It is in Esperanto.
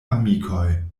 amikoj